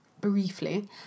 briefly